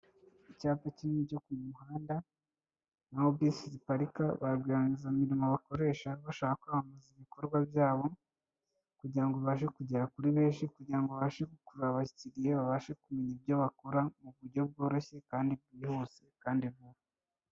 Icyapa kinini cyo ku muhanda, aho bisi ziparika, barwiyemezamirimo bakoresha bashaka kwamamaza ibikorwa byabo, kugirango babashe kugera kuri benshi, kugirango babashe gukura abakiriye, babashe kumenya ibyo bakora mu buryo bworoshye kandi bwihuse, kandi vuba.